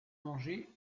manger